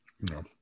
No